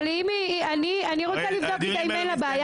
אבל אני רוצה לבדוק איתה אם אין לה בעיה.